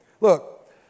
Look